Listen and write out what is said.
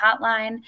Hotline